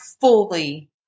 fully